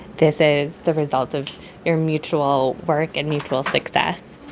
this is the result of your mutual work and mutual success